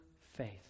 faith